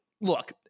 look